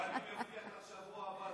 מה, אני, גם אם הוא יבטיח לך בשבוע הבא,